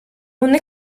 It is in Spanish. una